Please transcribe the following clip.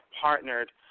partnered